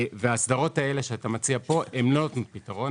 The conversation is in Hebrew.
ההסדרות האלה שאתה מציע פה הן לא הפתרון.